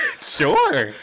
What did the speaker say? sure